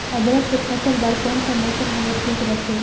अदरक के फसल बार कोन सा मौसम हवे ठीक रथे?